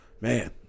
man